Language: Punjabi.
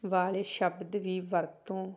ਵਾਲੇ ਸ਼ਬਦ ਵੀ ਵਰਤੋਂ